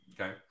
Okay